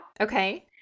Okay